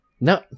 No